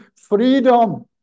Freedom